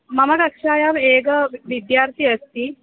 मम कक्षायाम् एकः विद्यार्थी अस्ति